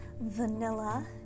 vanilla